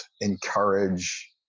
encourage